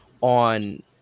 on